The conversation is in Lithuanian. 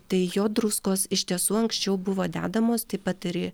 tai jo druskos iš tiesų anksčiau buvo dedamos taip pat ir į